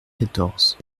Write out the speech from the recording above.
quatorze